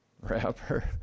rapper